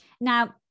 now